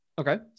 Okay